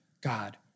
God